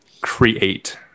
Create